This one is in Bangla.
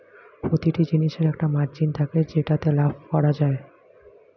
প্রতিটি জিনিসের একটা মার্জিন থাকে যেটাতে লাভ করা যায়